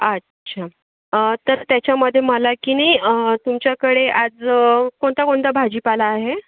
अच्छा तर त्याच्यामध्ये मला किनी तुमच्याकडे आज कोणता कोणता भाजीपाला आहे